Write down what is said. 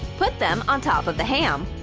put them on top of the ham.